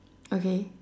okay